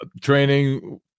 training